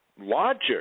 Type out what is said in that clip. Logic